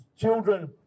children